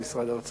עם משרד האוצר,